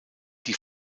die